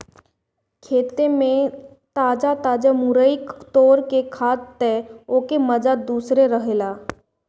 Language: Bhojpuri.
खेते में ताजा ताजा मुरई तुर के खा तअ ओकर माजा दूसरे रहेला